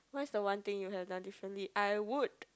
what is the one thing you have done differently I would